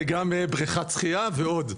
וגם בריכת שחייה ועוד.